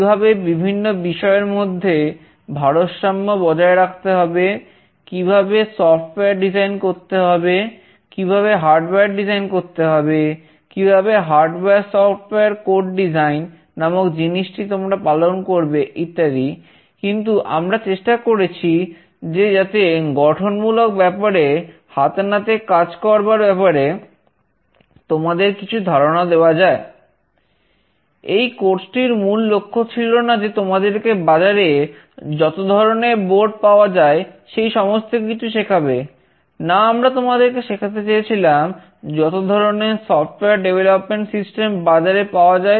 এই কোর্সে নামক জিনিসটি তোমরা পালন করবে ইত্যাদি কিন্তু আমরা চেষ্টা করেছি যে যাতে গঠনমূলক ব্যাপারে হাতেনাতে কাজ করবার ব্যাপারে তোমাদের কিছু ধারণা দেওয়া যায়